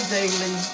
daily